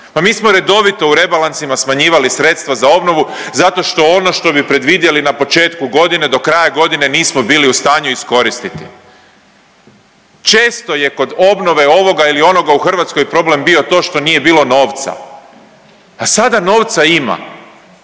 mi smo redovito u rebalansima smanjivali sredstva za obnovu zato što ono što bi predvidjeli na početku godine do kraja godine nismo bili u stanju iskoristiti. Često je kod obnove ovoga ili onoga u Hrvatskoj problem bio to što nije bilo novca, a sada novca ima